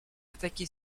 attaquer